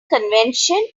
convention